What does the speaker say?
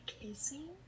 kissing